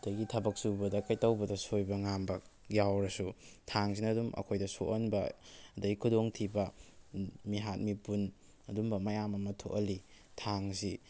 ꯑꯗꯒꯤ ꯊꯕꯛ ꯁꯨꯕꯗ ꯀꯩꯗꯧꯕꯗ ꯁꯣꯏꯕ ꯉꯥꯝꯕ ꯌꯥꯎꯔꯁꯨ ꯊꯥꯡꯁꯤꯅ ꯑꯗꯨꯝ ꯑꯩꯈꯣꯏꯗ ꯁꯣꯛꯍꯟꯕ ꯑꯗꯩ ꯈꯨꯗꯣꯡꯊꯤꯕ ꯃꯤꯍꯥꯠ ꯃꯤꯄꯨꯟ ꯑꯗꯨꯝꯕ ꯃꯌꯥꯝ ꯑꯃ ꯊꯣꯛꯍꯜꯂꯤ ꯊꯥꯡ ꯑꯁꯤ